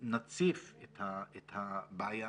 נציף את הבעיה